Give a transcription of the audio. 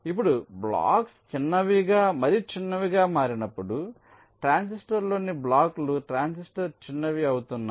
ఇప్పుడు బ్లాక్స్ చిన్నవిగా మరి చిన్నవిగా మారినప్పుడు ట్రాన్సిస్టర్లోని బ్లాక్లు ట్రాన్సిస్టర్ చిన్నవి అవుతున్నాయి